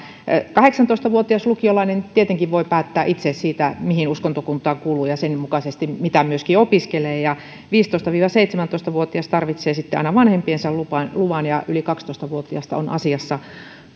kahdeksantoista vuotias lukiolainen tietenkin voi päättää itse siitä mihin uskontokuntaan kuuluu ja sen mukaisesti siitä mitä myöskin opiskelee viisitoista viiva seitsemäntoista vuotias tarvitsee aina vanhempiensa luvan luvan ja yli kaksitoista vuotiasta on asiassa